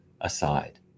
aside